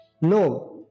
No